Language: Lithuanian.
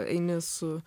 eini su